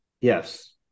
Yes